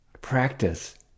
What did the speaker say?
Practice